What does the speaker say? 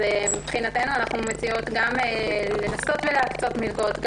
מבחינתנו אנחנו מציעות גם לנסות להקצות מלגות,